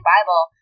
Bible